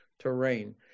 terrain